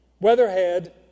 Weatherhead